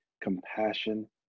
compassion